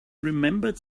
remembered